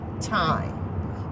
time